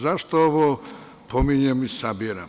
Zašto ovo pominjem i sabiram?